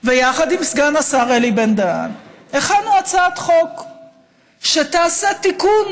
ויחד עם סגן השר אלי בן-דהן הכנו הצעת חוק שתעשה תיקון,